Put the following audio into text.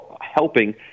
helping